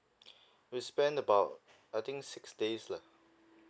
we spend about I think six days lah